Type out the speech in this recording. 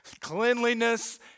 cleanliness